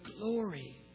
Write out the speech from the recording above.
glory